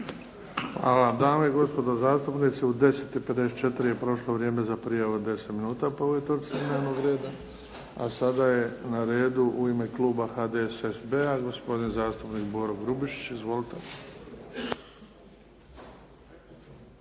Hvala. Dame i gospodo zastupnici u 10,54 je prošlo vrijeme za prijavu od 10 minuta po ovoj točci dnevnog reda. A sada je na redu u ime kluba HDSSB-a, gospodin zastupnik Boro Grubišić. Izvolite.